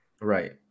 Right